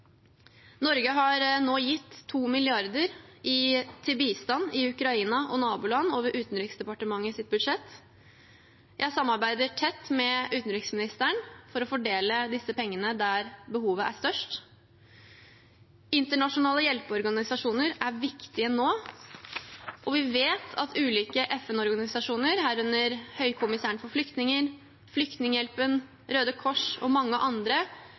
Norge har nå gitt 2 mrd. kr til bistand i Ukraina og naboland over Utenriksdepartementets budsjett. Jeg samarbeider tett med utenriksministeren om å fordele disse pengene der behovet er størst. Internasjonale hjelpeorganisasjoner er viktige nå, og vi vet at ulike FN-organisasjoner, herunder Høykommissæren for flyktninger, Flyktninghjelpen, Røde Kors og mange andre,